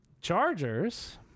Chargers